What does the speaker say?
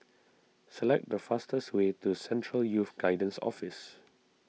select the fastest way to Central Youth Guidance Office